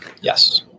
Yes